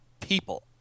people